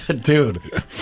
Dude